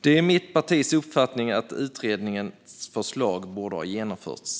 Det är mitt partis uppfattning att utredningens förslag borde ha genomförts.